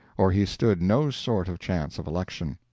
or he stood no sort of chance of election.